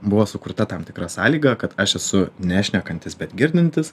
buvo sukurta tam tikra sąlyga kad aš esu nešnekantis bet girdintis